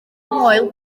moel